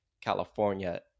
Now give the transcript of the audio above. California